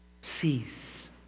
cease